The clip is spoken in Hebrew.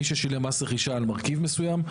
מי ששילם מס רכישה על מרכיב מסוים,